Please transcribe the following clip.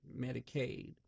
Medicaid